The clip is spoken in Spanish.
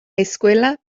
escuela